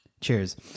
Cheers